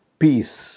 peace